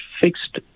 fixed